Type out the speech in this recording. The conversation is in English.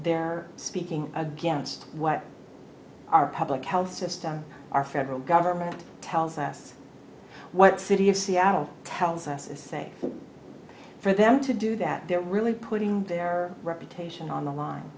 they're speaking against what our public health system our federal government tells us what city of seattle tells us is say for them to do that they're really putting their reputation on the line